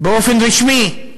באופן רשמי.